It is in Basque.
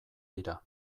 dira